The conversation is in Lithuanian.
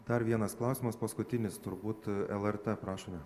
dar vienas klausimas paskutinis turbūt lrt prašome